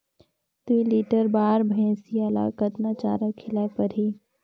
दुई लीटर बार भइंसिया ला कतना चारा खिलाय परही?